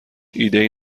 ایدهای